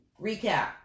Recap